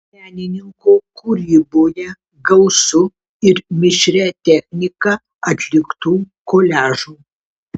menininko kūryboje gausu ir mišria technika atliktų koliažų